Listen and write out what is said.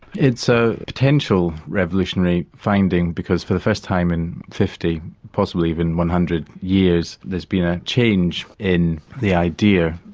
it's a potential revolutionary finding because for the first time in fifty possibly even one hundred years there's been a change in the idea,